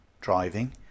driving